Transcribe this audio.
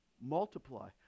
multiply